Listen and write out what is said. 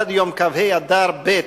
עד יום כ"ה באדר ב'